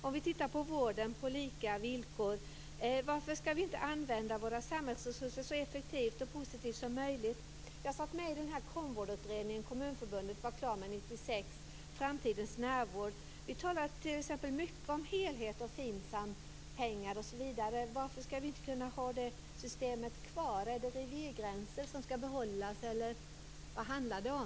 Om vi tittar på vården på lika villkor är frågan: Varför skall vi inte använda våra samhällsresurser så effektivt och positivt som möjligt? Jag satt med i den utredning som Kommunförbundet var klar med 1996, Framtidens närvård. Vi talade t.ex. mycket om helhet och FINSAM-pengar. Varför skall vi inte kunna ha kvar det systemet? Är det revirgränser som skall behållas? Eller vad handlar det om?